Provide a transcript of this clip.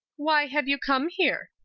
why have you come here?